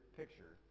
picture